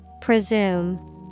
Presume